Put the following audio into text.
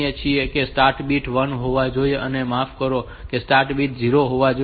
તેથી start bit 1 હોવો જોઈએ મને માફ કરશો સ્ટાર્ટ બીટ 0 હોવો જોઈએ